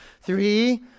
Three